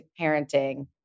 parenting